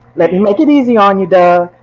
let me make it easy on you, doug.